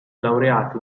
laureato